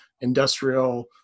industrial